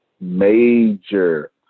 major